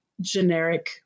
generic